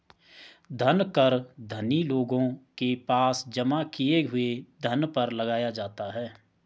धन कर धनी लोगों के पास जमा किए हुए धन पर लगाया जाता है